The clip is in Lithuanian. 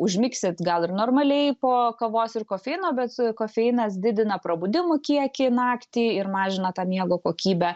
užmigsit gal ir normaliai po kavos ir kofeino bet kofeinas didina prabudimų kiekį naktį ir mažina tą miego kokybę